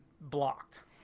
blocked